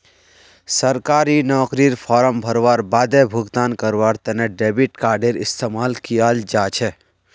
सरकारी नौकरीर फॉर्म भरवार बादे भुगतान करवार तने डेबिट कार्डडेर इस्तेमाल कियाल जा छ